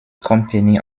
company